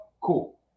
cool